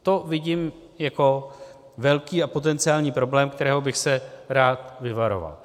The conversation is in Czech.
To vidím jako velký a potenciální problém, kterého bych se rád vyvaroval.